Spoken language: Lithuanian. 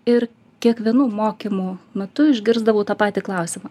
ir kiekvienų mokymų metu išgirsdavau tą patį klausimą